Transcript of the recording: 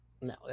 no